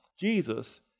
Jesus